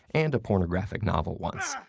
and a pornographic novel once.